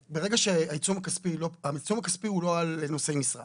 העיצום הכספי הוא לא על נושאי משרה.